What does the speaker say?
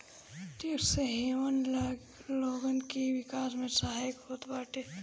tax haven लोगन के विकास में सहायक होत बाटे